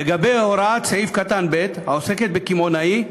לגבי הוראת סעיף קטן (ב), העוסקת בקמעונאי,